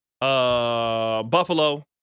Buffalo